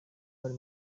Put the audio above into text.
bari